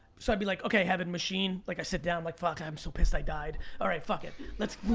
so i'd be like, okay heaven machine. like i sit down, like fuck i'm so pissed i died. all right, fuck it, let's